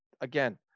again